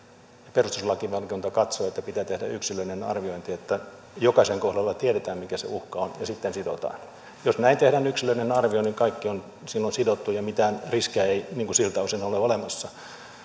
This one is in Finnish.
perustuslakivaliokunta katsoi että pitää tehdä yksilöllinen arviointi että jokaisen kohdalla tiedetään mikä se uhka on ja sitten sidotaan jos näin tehdään yksilöllinen arvio ja kaikki on silloin sidottu niin mitään riskejä ei siltä osin ole olemassa